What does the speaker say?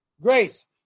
grace